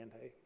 hey